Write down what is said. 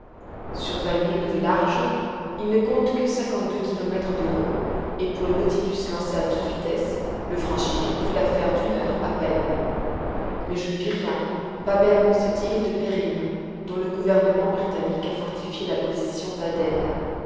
sur vingt milles de large il ne compte que cinquante-deux kilomètres de long et pour le nautilus lancé à toute vitesse le franchir fut l'affaire d'une heure à peine mais je ne vis rien pas même cette île de périm dont le gouvernement britannique a fortifié la position d'aden